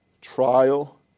trial